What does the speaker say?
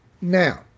Now